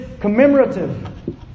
commemorative